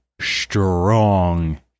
strong